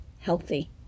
healthy